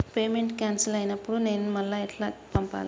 Payment cancel అయినపుడు నేను మళ్ళా ఎట్ల పంపాలే?